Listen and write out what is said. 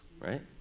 Right